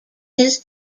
his